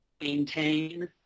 maintain